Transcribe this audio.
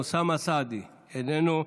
חבר הכנסת אוסאמה סעדי, איננו,